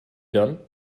done